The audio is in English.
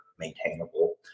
maintainable